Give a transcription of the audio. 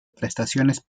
prestaciones